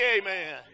Amen